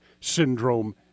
syndrome